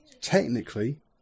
technically